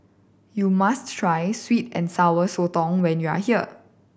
you must try sweet and Sour Sotong when you are here